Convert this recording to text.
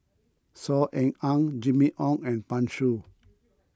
Saw Ean Ang Jimmy Ong and Pan Shou